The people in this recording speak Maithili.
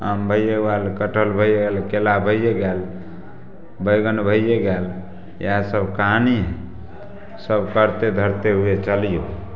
आम भैए गेल कटहल भैए गेल केला भैए गेल बैगन भैए गेल इएहसब कहानी हइ सब करिते धरिते ओहे चलिऔ